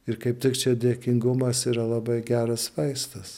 ir kaip tik čia dėkingumas yra labai geras vaistas